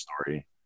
story